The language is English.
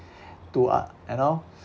to uh you know